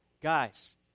Guys